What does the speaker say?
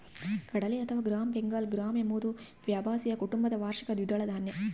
ಕಡಲೆ ಅಥವಾ gram Bengal gram ಎಂಬುದು ಫ್ಯಾಬಾಸಿಯ ಕುಟುಂಬದ ವಾರ್ಷಿಕ ದ್ವಿದಳ ಧಾನ್ಯ